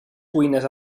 cuines